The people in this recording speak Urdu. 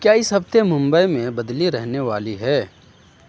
کیا اس ہفتے ممبئی میں بدلی رہنے والی ہے